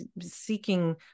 seeking